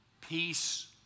peace